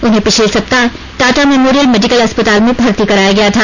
उन्हें पिछले सप्ताह टाटा मेमोरियल मेडिकल अस्पताल में भर्ती कराया गया था